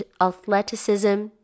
athleticism